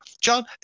John